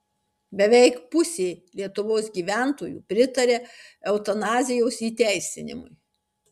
beveik pusė lietuvos gyventojų pritaria eutanazijos įteisinimui